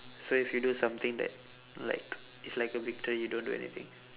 so if you do something that like is like a victory you don't do anything